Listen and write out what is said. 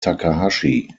takahashi